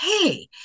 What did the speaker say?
hey